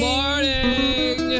Morning